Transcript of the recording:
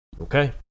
Okay